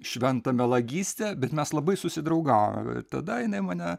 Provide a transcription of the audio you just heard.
šventą melagystę bet mes labai susidraugavome bet tada jinai mane